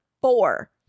four